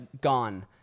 gone